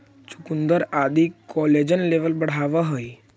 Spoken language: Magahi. चुकुन्दर आदि कोलेजन लेवल बढ़ावऽ हई